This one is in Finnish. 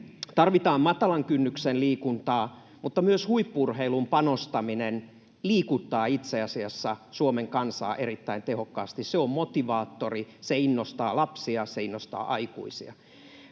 Tarvitaan matalan kynnyksen liikuntaa, mutta myös huippu-urheiluun panostaminen liikuttaa itse asiassa Suomen kansaa erittäin tehokkaasti. Se on motivaattori, se innostaa lapsia, se innostaa aikuisia.